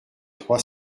trois